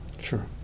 Sure